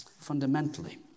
Fundamentally